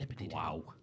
Wow